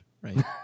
right